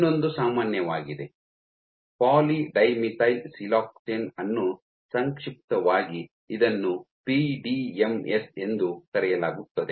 ಇನ್ನೊಂದು ಸಾಮಾನ್ಯವಾಗಿದೆ poly dimethyl siloxane ಅನ್ನು ಸಂಕ್ಷಿಪ್ತವಾಗಿ ಇದನ್ನು ಪಿಡಿಎಂಎಸ್ ಎಂದು ಕರೆಯಲಾಗುತ್ತದೆ